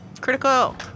Critical